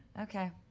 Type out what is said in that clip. Okay